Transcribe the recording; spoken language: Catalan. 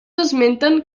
esmenten